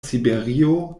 siberio